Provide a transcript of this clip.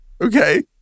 okay